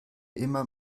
immer